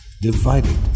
Divided